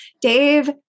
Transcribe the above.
Dave